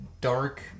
dark